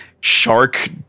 shark